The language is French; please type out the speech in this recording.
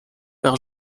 par